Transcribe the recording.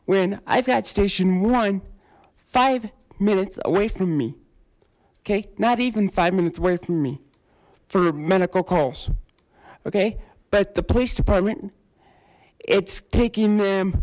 when i've had station one five minutes away from me okay not even five minutes away from me for medical calls okay but the police department it's taking